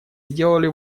сделали